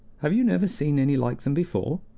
have you never seen any like them before?